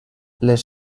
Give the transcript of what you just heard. les